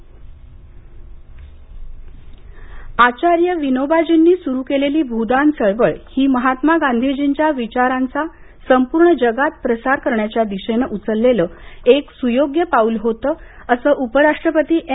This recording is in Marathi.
उपराष्ट्रपती आचार्य विनोबाजींनी सुरु केलेली भूदान चळवळ ही महात्मा गांधीजींच्या विचारांचा संपूर्ण जगात प्रसार करण्याच्या दिशेनं उचललेलं सुयोग्य पाऊल होतं असं उपराष्ट्रपती एम